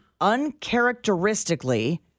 Uncharacteristically